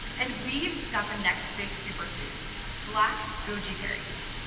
and we've got the next big superfoods black goji berries.